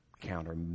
counter